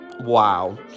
wow